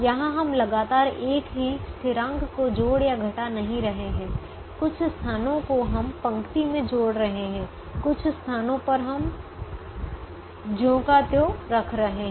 यहाँ हम लगातार एक ही स्थिरांक को जोड़ या घटा नहीं रहे हैं कुछ स्थानों को हम पंक्ति में जोड़ रहे हैं कुछ स्थानों पर हम इसे ज्यों का त्यों रख रहे हैं